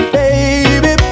baby